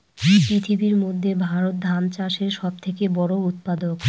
পৃথিবীর মধ্যে ভারত ধান চাষের সব থেকে বড়ো উৎপাদক